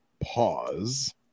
pause